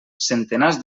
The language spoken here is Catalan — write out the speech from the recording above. centenars